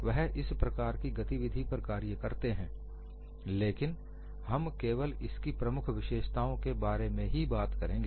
वह इस प्रकार की गतिविधि पर कार्य करते हैं लेकिन हम केवल इसकी प्रमुख विशेषताओं के बारे में ही बात करेंगे